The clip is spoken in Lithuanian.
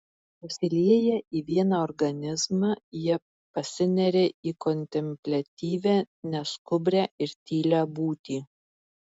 susilieję į vieną organizmą jie pasineria į kontempliatyvią neskubrią ir tylią būtį